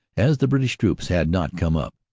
as the british troops had not come up.